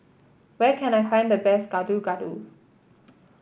where can I find the best Gado Gado